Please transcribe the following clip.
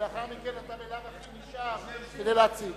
ולאחר מכן אתה בלאו הכי נשאר כדי להציג.